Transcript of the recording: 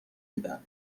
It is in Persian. میدن